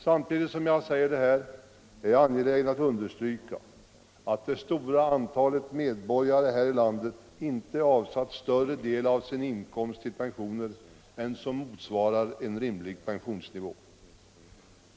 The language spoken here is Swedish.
Samtidigt som jag säger detta, är jag angelägen att understrykå att det stora antalet medborgare här i landet inte avsatt större del av sin inkomst till pensioner än som motsvarar en rimlig pensionsnivå.